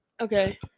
Okay